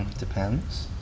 depends.